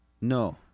No